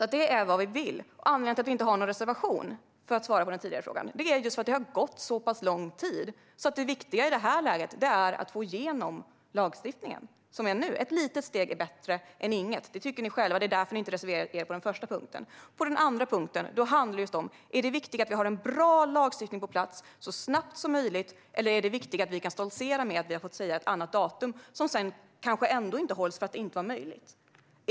Anledningen till att vi inte har någon reservation är att det har gått så pass lång tid. Det viktigaste i det här läget är att få igenom lagstiftningen som den är nu. Ett litet steg är bättre än inget. Det tycker ni själva, och det är därför ni inte har reserverat er på den första punkten. Den andra punkten handlar om huruvida det är viktigare att få en bra lagstiftning på plats så snabbt som möjligt eller att kunna stoltsera med att ha fått säga ett annat datum, som kanske ändå inte hålls, eftersom det inte är möjligt.